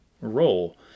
role